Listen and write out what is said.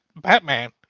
Batman